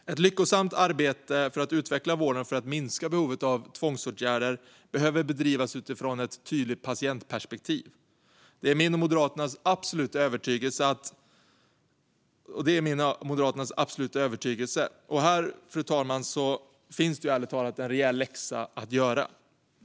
Ett lyckosamt arbete för att utveckla vården och minska behovet av tvångsåtgärder behöver bedrivas utifrån ett tydligt patientperspektiv. Detta är min och Moderaternas absoluta övertygelse. Här finns, fru talman, ärligt talat en rejäl läxa att göra.